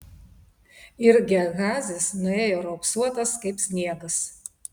ir gehazis nuėjo raupsuotas kaip sniegas